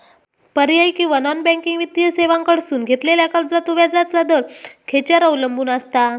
पर्यायी किंवा non banking वित्तीय सेवांकडसून घेतलेल्या कर्जाचो व्याजाचा दर खेच्यार अवलंबून आसता?